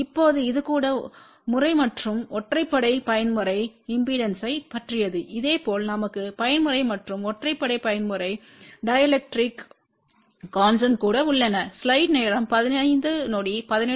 இப்போது இது கூட முறை மற்றும் ஒற்றைப்படை பயன்முறை இம்பெடன்ஸ்கள்யைப் பற்றியது இதேபோல் நமக்கு பயன்முறை மற்றும் ஒற்றைப்படை பயன்முறை டிஎலெக்ட்ரிக் கான்ஸ்டன்ட் கூட உள்ளன